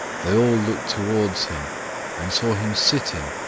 they all looked towards him and saw him sitting,